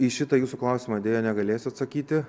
į šitą jūsų klausimą deja negalėsiu atsakyti